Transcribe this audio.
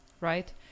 right